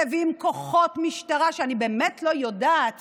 מביאים כוחות משטרה ואני באמת לא יודעת